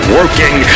working